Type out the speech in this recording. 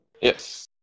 Yes